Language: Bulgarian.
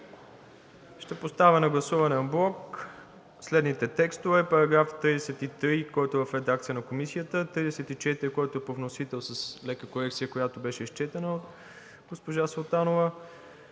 Ще поставя на гласуване анблок следните текстове: § 33, който е в редакция на Комисията, § 34, който е по вносител, с лека корекция, която беше изчетена от госпожа Султанова,